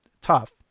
Tough